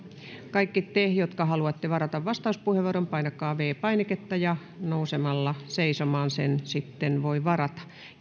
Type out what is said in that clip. kaikki te jotka haluatte varata vastauspuheenvuoron painakaa viides painiketta ja nousemalla seisomaan sen sitten voi varata